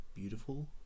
Beautiful